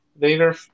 later